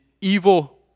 evil